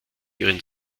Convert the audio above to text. ihren